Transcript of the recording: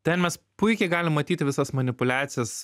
ten mes puikiai galim matyti visas manipuliacijas